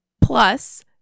plus